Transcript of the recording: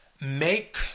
Make